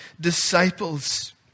disciples